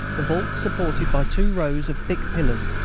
the vault supported by two rows of thick pillars.